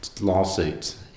lawsuits